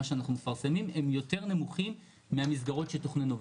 שאנחנו מפרסמים הם יותר נמוכים מהמסגרות שתוכננו.